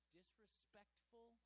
disrespectful